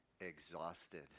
exhausted